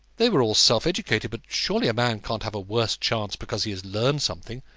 they were all self-educated, but surely a man can't have a worse chance because he has learned something.